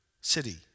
city